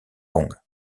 kong